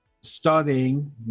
studying